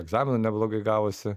egzamino neblogai gavosi